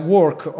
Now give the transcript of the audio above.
work